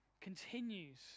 continues